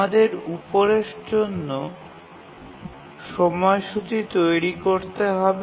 আমাদের উপরের জন্য সময়সূচী তৈরি করতে হবে